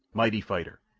mighty fighter.